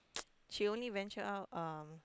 she only venture out um